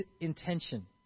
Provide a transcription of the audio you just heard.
intention